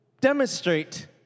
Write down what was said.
demonstrate